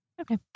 Okay